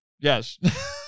Yes